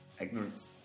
Ignorance